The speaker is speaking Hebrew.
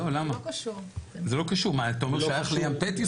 אתה אומר, שייך לים תטיס?